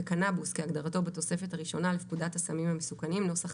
וקנבוס כהגדרתו בתוספת הראשונה לפקודת הסמים המסוכנים ,